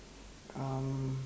um